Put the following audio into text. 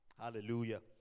Hallelujah